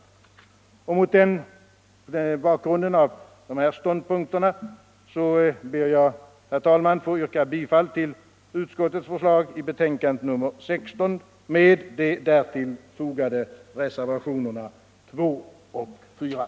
Mot bakgrund av dessa ståndpunkter avser jag, herr talman, att yrka bifall till reservationerna 2 och 4 vid utbildningsutskottets betänkande nr 16 och i övrigt till utskottets hemställan.